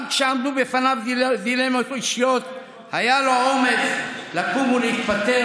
גם כשעמדו בפניו דילמות אישיות היה לו האומץ לקום ולהתפטר,